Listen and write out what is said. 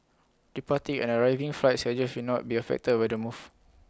departing and arriving flight schedules will not be affected by the move